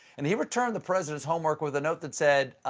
and he returned the president's homework with a note that said,